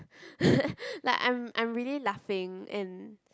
like I am I am really laughing and